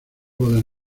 bodas